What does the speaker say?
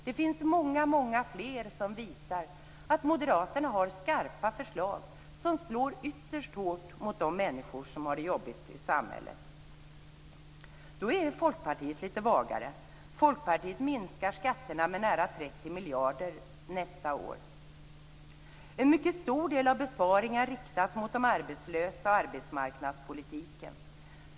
Det finns många fler som visar att Moderaterna har skarpa förslag som slår ytterst hårt mot de människor som har det jobbigt i samhället. Då är Folkpartiet litet vagare. Folkpartiet föreslår en minskning av skatterna med nära 30 miljarder nästa år. En mycket stor del av besparingarna riktas mot de arbetslösa och arbetsmarknadspolitiken.